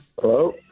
Hello